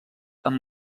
amb